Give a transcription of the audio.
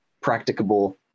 practicable